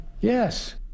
Yes